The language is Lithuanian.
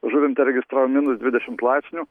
žuvinte registruojam minus dvidešimt laipsnių